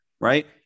Right